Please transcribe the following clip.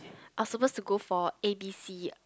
I was supposed to go for A_B_C